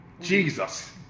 Jesus